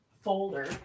folder